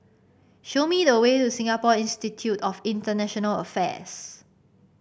show me the way to Singapore Institute of International Affairs